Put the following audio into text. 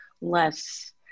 less